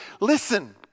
listen